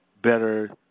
better